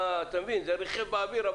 זה ריחף באוויר,